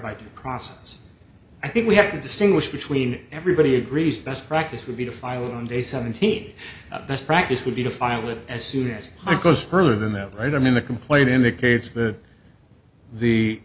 by to process i think we have to distinguish between everybody agrees best practice would be to file on day seventeen of best practice would be to file it as soon as it goes further than that right i mean the complaint indicates that the